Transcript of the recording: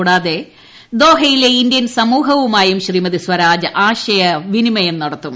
കൂടാതെ ദോഹയിലെ ഇന്ത്യൻ സമൂഹവുമായും ശ്രീമതി സുഷമസ്വരാജ് ആശയ വിനിമയം നടത്തും